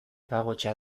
pagotxa